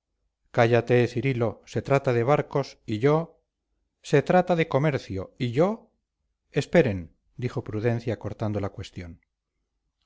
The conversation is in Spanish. digo cállate cirilo se trata de barcos y yo se trata de comercio y yo esperen dijo prudencia cortando la cuestión